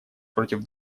против